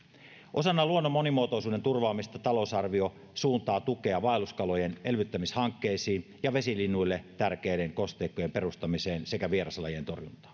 osana luonnon monimuotoisuuden turvaamista talousarvio suuntaa tukea vaelluskalojen elvyttämishankkeisiin ja vesilinnuille tärkeiden kosteikkojen perustamiseen sekä vieraslajien torjuntaan